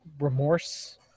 remorse